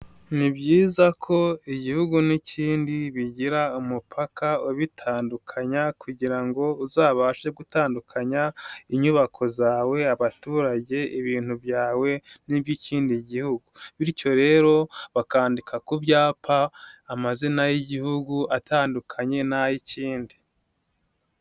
Ni byiza ko igihugu n'ikindi bigira umupaka ubitandukanya, kugira ngo uzabashe gutandukanya inyubako zawe abaturage ibintu byawe n'iby'ikindi gihugu, bityo rero bakandika ku byapa amazina y'igihugu atandukanye n'ay'ikindi.